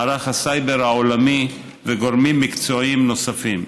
מערך הסייבר העולמי וגורמים מקצועיים נוספים.